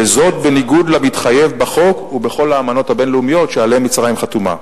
וזאת בניגוד למתחייב בחוק ובכל האמנות הבין-לאומיות שעליהן מצרים חתומה.